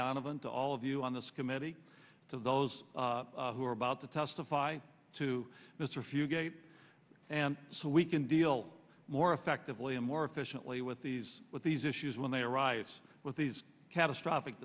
donovan to all of you on this committee to those who are about to testify to mr few gape and so we can deal more effectively and more efficiently with these with these issues when they arise with these catastrophic